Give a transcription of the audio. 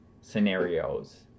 scenarios